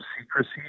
secrecy